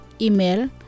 Email